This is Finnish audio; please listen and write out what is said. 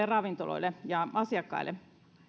ravintoloille ja asiakkaille